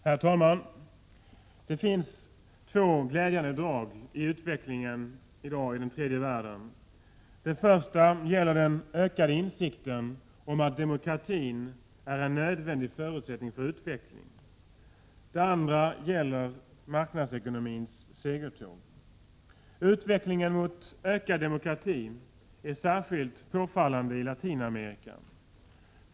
Herr talman! Det finns två glädjande drag i utvecklingen i dag i den tredje världen. Det första gäller den ökade insikten om att demokratin är en nödvändig förutsättning för utveckling. Det andra gäller marknadsekonomins segertåg. Utvecklingen mot ökad demokrati är särskilt påfallande i Latinamerika.